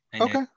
Okay